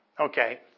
Okay